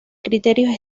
criterios